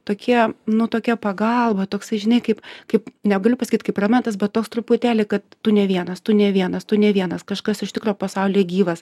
tokie nu tokia pagalba toksai žinai kaip kaip negaliu pasakyt kaip ramentas bet toks truputėlį kad tu ne vienas tu ne vienas tu ne vienas kažkas iš tikro pasaulyje gyvas